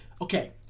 okay